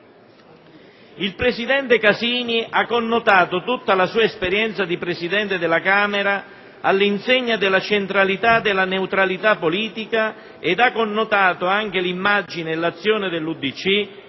Il presidente Casini ha connotato tutta la sua esperienza di Presidente della Camera dei deputati all'insegna della centralità e della neutralità politica ed ha anche connotato l'immagine e l'azione dell'UDC